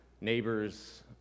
neighbors